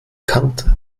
kannte